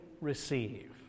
receive